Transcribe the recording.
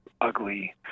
ugly